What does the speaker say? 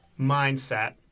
mindset